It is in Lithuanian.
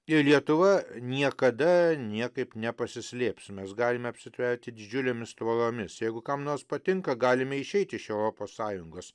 ir lietuva niekada niekaip nepasislėps mes galime apsitverti didžiulėmis tvoromis jeigu kam nors patinka galime išeiti iš europos sąjungos